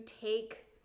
take